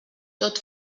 tot